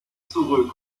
zurück